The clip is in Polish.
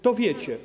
To wiecie.